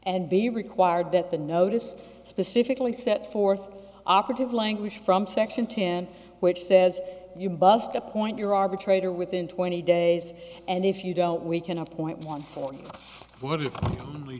and be required that the notice specifically set forth operative language from section ten which says you busk appoint your arbitrator within twenty days and if you don't we can appoint one for what it commonly